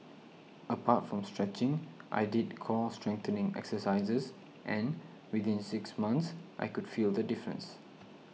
apart from stretching I did core strengthening exercises and within six months I could feel the difference